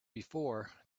before